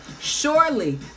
surely